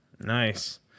Nice